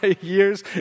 years